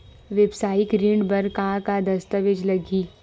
वेवसायिक ऋण बर का का दस्तावेज लगही?